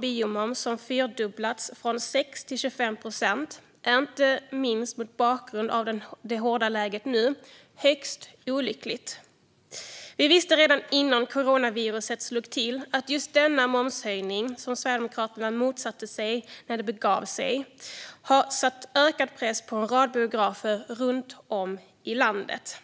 biomoms har fyrdubblats, från 6 till 25 procent, sedan förra mandatperiodens filmproposition är också - inte minst mot bakgrund av det hårda läget nu - högst olyckligt. Redan innan coronaviruset slog till visste vi att just denna momshöjning, som Sverigedemokraterna motsatte sig när det begav sig, sätter ökad press på en rad biografer runt om i landet.